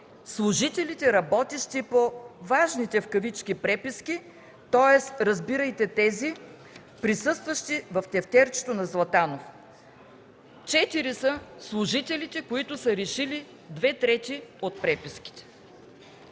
служителите, работещи по важните в кавички преписки, тоест разбирайте тези, присъстващи в тефтерчето на Златанов. Четирима са служителите, които са решили две трети от преписките.